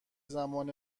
زمان